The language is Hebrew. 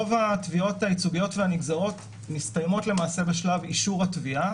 רוב התביעות הייצוגיות והנגזרות מסתיימות למעשה בשלב אישור התביעה,